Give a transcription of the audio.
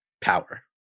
power